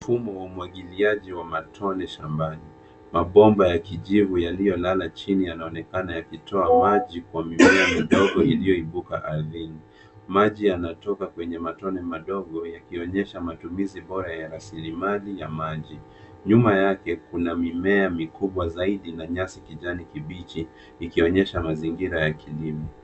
Mfumo wa umwagiliaji wa matone shambani. Mabomba ya kijivu yaliyolalachini, yanaonekana yakitoa maji kwa mimea modogo iliyoibuka ardhini. Maji yanatoka kwenye matone madogo yakionyesha matumizi bora ya rasilimali ya maji. Nyuma yake kuna mimea mikubwa zaidi na nyasi kijani kibichi, ikionyesha mazingira ya kilimo.